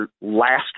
last